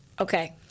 Okay